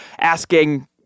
asking